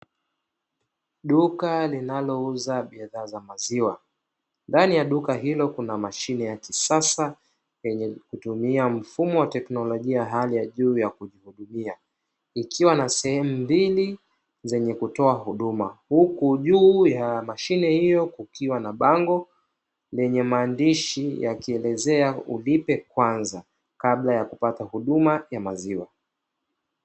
Duka linalouza bidhaa za maziwa. Ndani ya duka hilo kuna mashine ya kisasa yenye kutumia mfumo wa teknolojia hali ya juu ya kujihudumia, ikiwa na sehemu mbili zenye kutoa huduma. Huku juu ya mashine hiyo kukiwa na bango lenye maandishi yakielezea ulipe kwanza kabla ya kupata huduma ya maziwa.